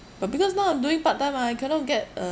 but because now I'm doing part time mah I cannot get